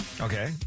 Okay